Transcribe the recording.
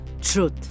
truth